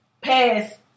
pass